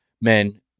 men